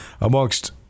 amongst